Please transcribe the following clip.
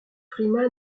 freeman